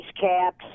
caps